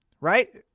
Right